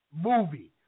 movie